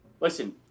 Listen